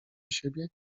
siebie